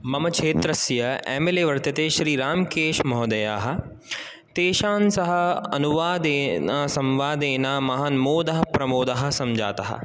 मम क्षेत्रस्य M L A वर्तते श्रीरामकेश् महोदयाः तेषां सह अनुवादेन संवादेन महान् मोदः प्रमोदः सञ्जातः